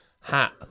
hat